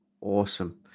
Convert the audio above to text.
Awesome